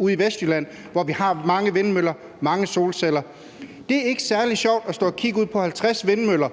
i Vestjylland, hvor vi har mange vindmøller og mange solceller. Det er ikke særlig sjovt at stå og kigge ud på 50 vindmøller,